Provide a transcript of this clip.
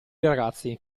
ragazzi